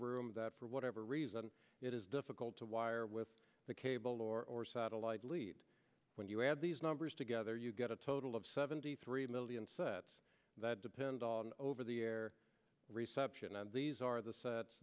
room that for whatever reason it is difficult to wire with the cable or satellite lete when you add these numbers together you get a total of seventy three million sets that depend on over the air reception and these are the sets